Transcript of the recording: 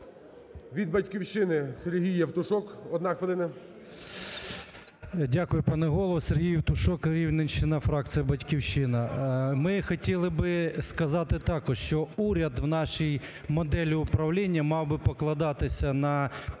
Від "Батьківщини" Сергій Євтушок, одна хвилина. 13:07:55 ЄВТУШОК С.М. Дякую, пане Голово. Сергій Євтушок, Рівненщина, фракція "Батьківщина" Ми хотіли би сказати також, що уряд в нашій моделі управління мав би покладатися на підтримку